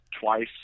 twice